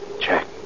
Check